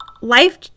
life